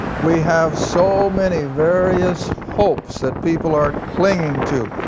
we have so many various hopes that people are clinging to,